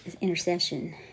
intercession